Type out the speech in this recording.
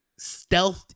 stealthed